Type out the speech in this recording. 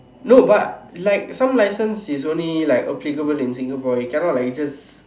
no but like some license it is only like applicable in Singapore we cannot like just